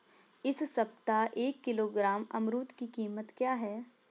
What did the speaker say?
इस सप्ताह एक किलोग्राम अमरूद की कीमत क्या है?